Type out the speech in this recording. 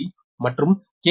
we மற்றும் K